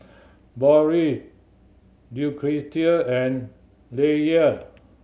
Boris Lucretia and Leyla